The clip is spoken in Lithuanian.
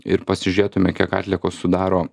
ir pasižiūrėtume kiek atliekos sudaro